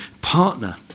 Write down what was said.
partner